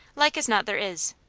like as not there is.